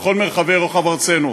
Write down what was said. בכל מרחבי רוחב ארצנו,